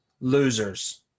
losers